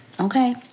okay